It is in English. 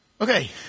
okay